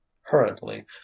Hurriedly